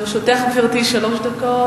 גברתי, לרשותך שלוש דקות.